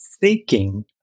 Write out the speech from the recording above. seeking